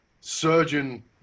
surgeon